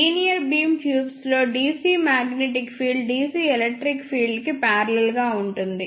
linear beam tubes లో DC magnetic field DC electric field కి parallel గా ఉంటుంది